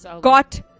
got